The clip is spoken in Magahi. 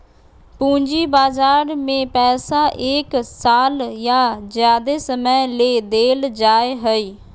पूंजी बजार में पैसा एक साल या ज्यादे समय ले देल जाय हइ